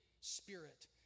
Spirit